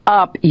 up